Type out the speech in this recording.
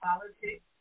Politics